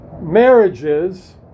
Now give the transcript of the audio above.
Marriages